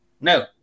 No